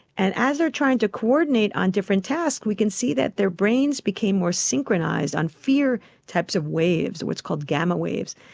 and as they are trying to coordinate on different tasks, we can see that their brains became more synchronised on fear types of waves, what's called gamma waves,